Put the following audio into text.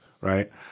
right